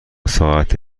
ساعت